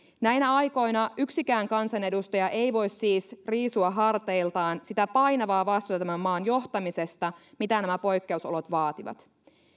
näinä aikoina yksikään kansanedustaja ei voi siis riisua harteiltaan sitä painavaa vastuuta tämän maan johtamisesta mitä nämä poikkeusolot vaativat